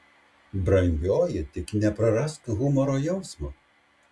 brangioji tik neprarask humoro jausmo